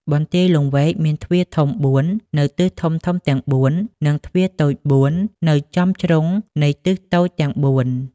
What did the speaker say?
បន្ទាយលង្វែកមានទ្វារធំ ៤ នៅទិសធំទាំងបួន និងទ្វារតូច ៤ នៅចំជ្រុងនៃទិសតូចទាំងបួន។